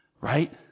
Right